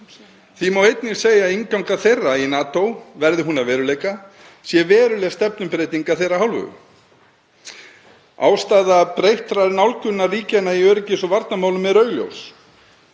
Því má einnig segja að innganga Svía í NATO, verði hún að veruleika, sé veruleg stefnubreyting af þeirra hálfu. Ástæða breyttrar nálgunar ríkjanna í öryggis- og varnarmálum er augljós